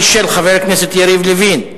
תודה רבה לחבר הכנסת יריב לוין.